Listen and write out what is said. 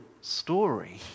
story